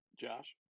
Josh